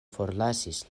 forlasis